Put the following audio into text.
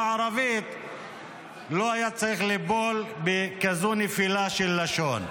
הערבית לא היה צריך ליפול בכזאת נפילה של לשון.